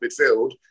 midfield